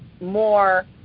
more